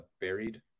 buried